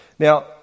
Now